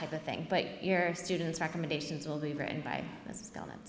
type of thing but your students recommendations will be written by